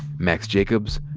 max jacobs,